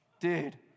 Dude